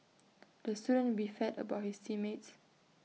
the student beefed about his team mates